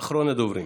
אחרון הדוברים.